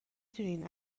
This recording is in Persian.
دونین